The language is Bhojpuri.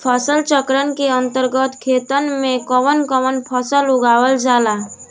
फसल चक्रण के अंतर्गत खेतन में कवन कवन फसल उगावल जाला?